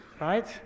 Right